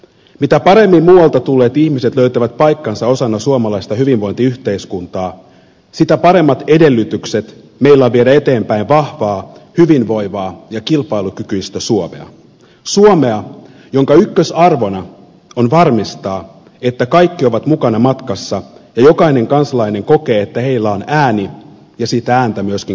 mitä paremmin muualta tulleet ihmiset löytävät paikkansa osana suomalaista hyvinvointiyhteiskuntaa sitä paremmat edellytykset meillä on viedä eteenpäin vahvaa hyvinvoivaa ja kilpailukykyistä suomea suomea jonka ykkösarvona on varmistaa että kaikki ovat mukana matkassa ja jossa jokainen kansalainen kokee että heillä on ääni ja sitä ääntä myöskin kuunnellaan